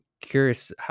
curious